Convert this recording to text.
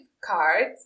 cards